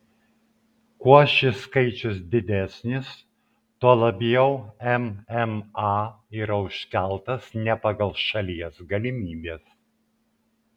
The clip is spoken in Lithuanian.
kuo šis skaičius didesnis tuo labiau mma yra užkeltas ne pagal šalies galimybes